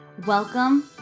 Welcome